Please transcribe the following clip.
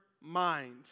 mind